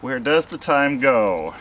where does the time go